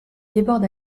déborde